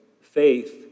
faith